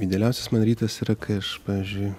idealiausias man rytas yra kai aš pavyzdžiui